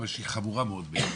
אבל היא חמורה מאוד.